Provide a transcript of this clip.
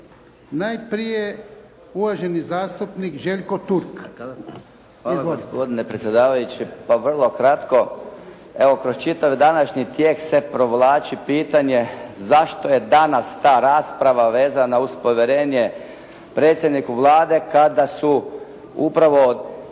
Najprije uvaženi zastupnik Željko Turk.